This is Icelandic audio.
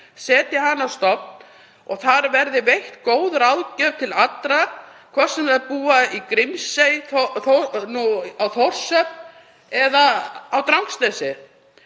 setja hana á stofn og þar á að veita góða ráðgjöf til allra, hvort sem þeir búa í Grímsey, á Þórshöfn eða á Drangsnesi.